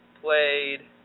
played